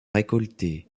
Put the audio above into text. récolté